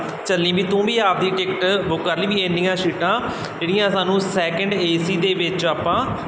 ਚੱਲੀ ਵੀ ਤੂੰ ਵੀ ਆਪਦੀ ਟਿਕਟ ਬੁੱਕ ਕਰ ਲਈ ਵੀ ਇੰਨੀਆਂ ਸੀਟਾਂ ਜਿਹੜੀਆਂ ਸਾਨੂੰ ਸੈਕਿੰਡ ਏ ਸੀ ਦੇ ਵਿੱਚ ਆਪਾਂ